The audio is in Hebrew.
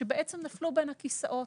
שבעצם נפלו בין הכיסאות.